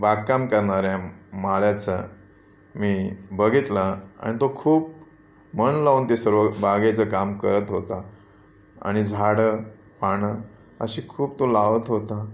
बागकाम करणाऱ्या माळ्याचा मी बघितला आणि तो खूप मन लावून ते सर्व बागेचं काम करत होता आणि झाडं पानं अशी खूप तो लावत होता